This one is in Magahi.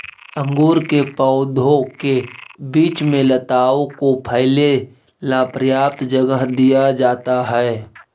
अंगूर के पौधों के बीच में लताओं को फैले ला पर्याप्त जगह दिया जाता है